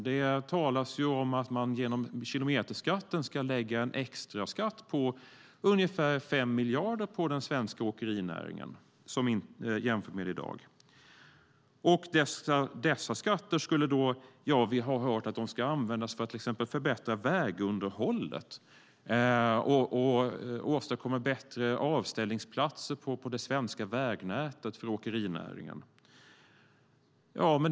Det talas om att man genom en kilometerskatt ska lägga en extraskatt på ungefär 5 miljarder på den svenska åkerinäringen jämfört med hur det är i dag. Vi har hört att dessa skattepengar ska användas för att till exempel förbättra vägunderhållet och åstadkomma bättre avställningsplatser för åkerinäringen på det svenska vägnätet.